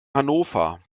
hannover